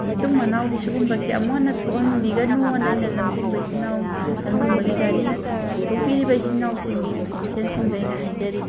ꯃꯇꯨꯡ ꯃꯅꯥꯎꯗꯤ ꯁꯤꯒꯨꯝꯕꯁꯦ ꯑꯃꯨꯛ ꯍꯟꯅ ꯊꯣꯛꯍꯟꯕꯤꯒꯅꯨꯅ ꯑꯩꯅ ꯂꯝꯖꯤꯡꯕ ꯏꯆꯤꯟ ꯏꯅꯥꯎ ꯂꯝꯖꯤꯡꯕꯒꯤ ꯒꯥꯔꯤ ꯁꯥꯟꯇꯣꯛꯄꯤꯔꯤꯕ ꯏꯆꯤꯟ ꯏꯅꯥꯎꯁꯤꯡꯒꯤ ꯑꯣꯐꯤꯁꯦꯜꯁꯤꯡꯗ ꯑꯩꯅ ꯍꯥꯏꯖꯔꯤ